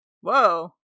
whoa